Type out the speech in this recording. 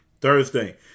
Thursday